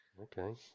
okay